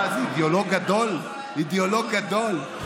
מה, אידיאולוג גדול, אידיאולוג גדול.